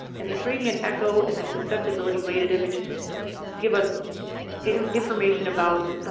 and the gradient echo and the susceptibility weighted image give us information about